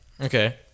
Okay